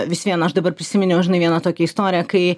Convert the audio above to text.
vis vien aš dabar prisiminiau žinai vieną tokią istoriją kai